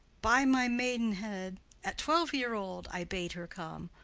by my maidenhead at twelve year old, i bade her come.